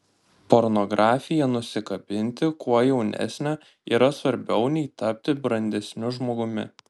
pornografija nusikabinti kuo jaunesnę yra svarbiau nei tapti brandesniu žmogumi